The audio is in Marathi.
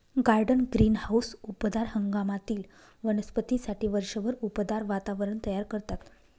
गार्डन ग्रीनहाऊस उबदार हंगामातील वनस्पतींसाठी वर्षभर उबदार वातावरण तयार करतात